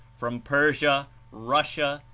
from persia, russia,